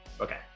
Okay